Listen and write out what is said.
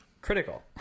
critical